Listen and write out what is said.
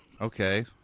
Okay